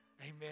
Amen